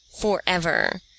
forever